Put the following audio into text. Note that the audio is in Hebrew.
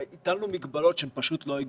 הרי הטלנו מגבלות שהן פשוט לא הגיונית.